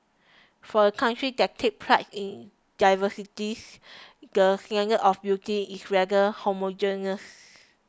for a country that takes pride in diversities the standards of beauty is rather homogeneous